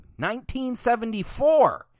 1974